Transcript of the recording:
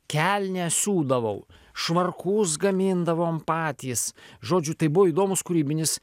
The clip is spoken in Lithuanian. kelnes siūdavau švarkus gamindavom patys žodžiu tai buvo įdomus kūrybinis